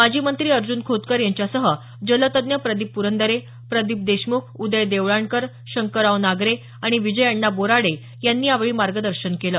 माजी मंत्री अर्जुन खोतकर यांच्यासह जलतज्ज्ञ प्रदीप पुरंदरे प्रदीप देशमुख उदय देवळाणकर शंकरराव नागरे आणि विजय अण्णा बोराडे यांनी यावेळी मार्गदर्शन केलं